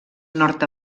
nord